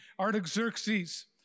artaxerxes